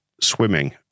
swimming